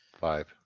Five